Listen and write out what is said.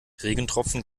regentropfen